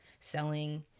selling